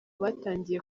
batangiye